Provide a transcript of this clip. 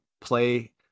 play